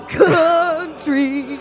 country